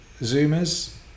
Zoomers